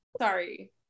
sorry